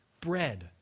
bread